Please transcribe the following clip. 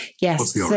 Yes